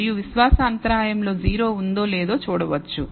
మరియు విశ్వాస అంతరాయం లో 0 ఉందో లేదో చూడవచ్చు